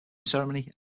ceremony